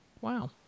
Wow